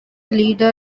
leader